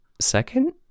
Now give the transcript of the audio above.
Second